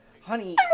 honey